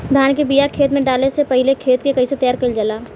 धान के बिया खेत में डाले से पहले खेत के कइसे तैयार कइल जाला?